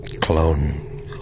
clone